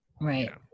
right